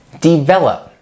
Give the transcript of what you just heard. develop